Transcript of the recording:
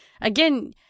again